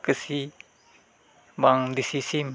ᱠᱟᱹᱥᱤ ᱵᱟᱝ ᱫᱮᱥᱤ ᱥᱤᱢ